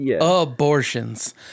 abortions